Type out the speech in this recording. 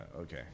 okay